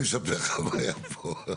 הוא יספר לך מה היה פה.